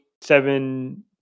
seven